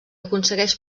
aconsegueix